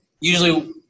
usually